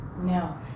No